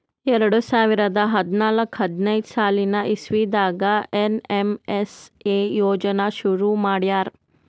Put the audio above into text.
ಎರಡ ಸಾವಿರದ್ ಹದ್ನಾಲ್ಕ್ ಹದಿನೈದ್ ಸಾಲಿನ್ ಇಸವಿದಾಗ್ ಏನ್.ಎಮ್.ಎಸ್.ಎ ಯೋಜನಾ ಶುರು ಮಾಡ್ಯಾರ್